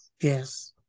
yes